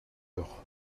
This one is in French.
heures